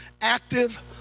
active